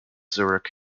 zurich